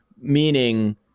meaning